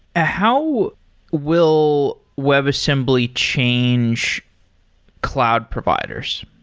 ah how will webassembly change cloud providers?